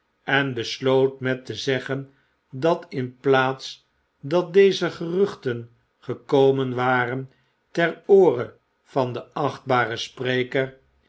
en besloot met te zeggen dat in plaats dat deze geruchten gekomen waren ter oore van den achtbaren spreker